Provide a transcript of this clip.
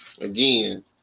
again